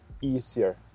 easier